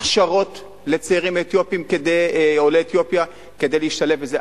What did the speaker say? הכשרות לצעירים עולי אתיופיה כדי להשתלב בזה.